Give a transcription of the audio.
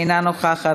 אינה נוכחת,